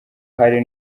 hari